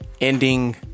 ending